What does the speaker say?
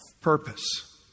purpose